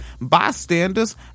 bystanders